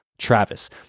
Travis